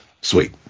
Sweet